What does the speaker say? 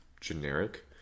generic